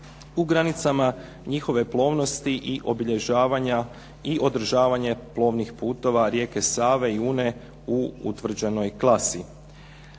u granicama njihove plovnosti i obilježavanja i održavanje plovnih putova rijeke Save i Une u utvrđenoj klasi.